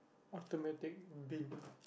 automatic bin ah